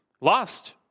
Lost